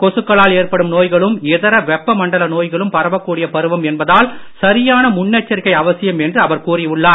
கொசுக்களால் ஏற்படும் நோய்களும் இதர வெப்ப மண்டல நோய்களும் பரவக் கூடிய பருவம் என்பதால் சரியான முன்னெச்சரிக்கை அவசியம் என்று அவர் கூறி உள்ளார்